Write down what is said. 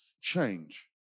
Change